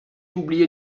oublié